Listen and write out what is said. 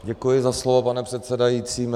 Děkuji za slovo, pane předsedající.